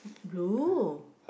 blue